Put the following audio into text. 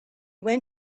went